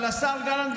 השר גלנט,